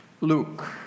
Luke